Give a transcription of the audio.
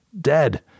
dead